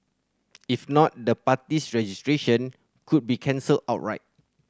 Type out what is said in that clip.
if not the party's registration could be cancelled outright